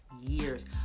years